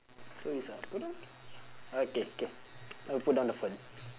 so it's a put down okay K uh put down the phone